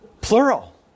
Plural